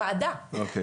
אוקיי,